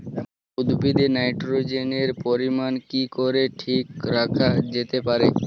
উদ্ভিদে নাইট্রোজেনের পরিমাণ কি করে ঠিক রাখা যেতে পারে?